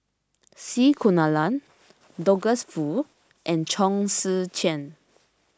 C Kunalan Douglas Foo and Chong Tze Chien